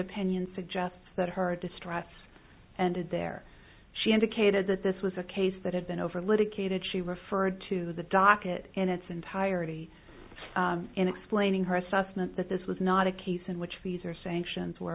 opinion suggests that her distress and there she indicated that this was a case that had been over litigated she referred to the docket in its entirety in explaining her assessment that this was not a case in which these are sanctions were